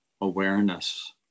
awareness